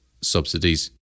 subsidies